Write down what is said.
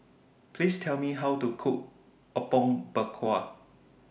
Please Tell Me How to Cook Apom Berkuah